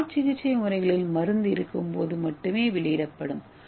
smart சிகிச்சை முறைகளில் மருந்து இருக்கும்போது மட்டுமே வெளியிடப்படும்